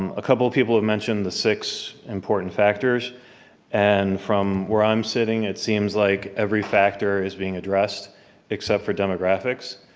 um a couple of people have mentioned the six important factors and from where i'm sitting, it seems like every factor is being addressed except for demographics.